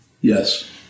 yes